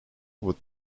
would